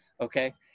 Okay